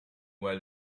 where